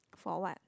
for what